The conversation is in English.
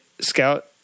scout